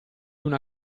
una